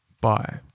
bye